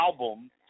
album